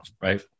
right